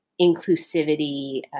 inclusivity